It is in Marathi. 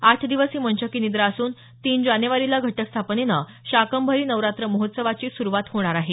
आठ दिवस ही मंचकी निद्रा असून तीन जानेवारीला घटस्थापनेनं शाकंभरी नवरात्र महोत्सवाची सुरुवात होणार आहे